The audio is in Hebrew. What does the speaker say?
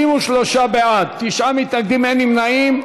63 בעד, תשעה מתנגדים, אין נמנעים.